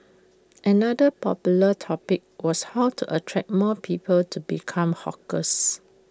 another popular topic was how to attract more people to become hawkers